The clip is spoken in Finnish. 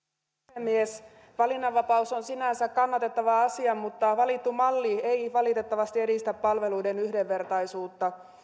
puhemies valinnanvapaus on sinänsä kannatettava asia mutta valittu malli ei valitettavasti edistä palveluiden yhdenvertaisuutta